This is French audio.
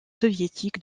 soviétiques